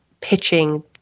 pitching